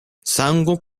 sango